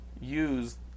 use